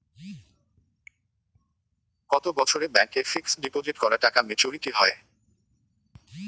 কত বছরে ব্যাংক এ ফিক্সড ডিপোজিট করা টাকা মেচুউরিটি হয়?